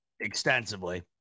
extensively